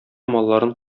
малларын